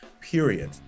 period